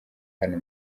hano